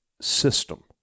system